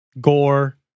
Gore